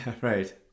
Right